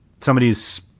somebody's